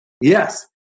Yes